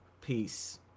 peace